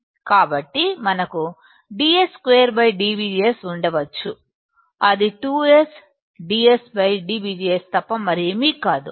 కాబట్టి మనకు dS2 dVGS ఉండవచ్చు అది 2S dS dVGS తప్ప మరేమీ కాదు